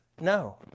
No